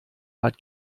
bat